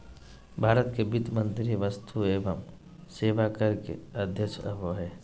भारत के वित्त मंत्री वस्तु एवं सेवा कर के अध्यक्ष होबो हइ